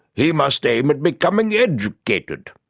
he must aim at becoming educated.